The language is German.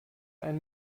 ein